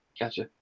gotcha